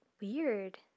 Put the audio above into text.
Weird